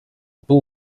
bull